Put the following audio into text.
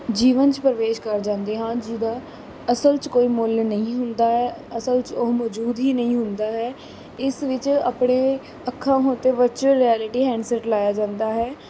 ਜੀਵਨ 'ਚ ਪ੍ਰਵੇਸ਼ ਕਰ ਜਾਂਦੇ ਹਾਂ ਜਿਹਦਾ ਅਸਲ 'ਚ ਕੋਈ ਮੁੱਲ ਨਹੀਂ ਹੁੰਦਾ ਅਸਲ 'ਚ ਉਹ ਮੌਜੂਦ ਹੀ ਨਹੀਂ ਹੁੰਦਾ ਹੈ ਇਸ ਵਿੱਚ ਆਪਣੇ ਅੱਖਾਂ ਉੱਤੇ ਵਰਚੁਅਲ ਰਿਐਲਿਟੀ ਹੈਡਸੈਟ ਲਾਇਆ ਜਾਂਦਾ ਹੈ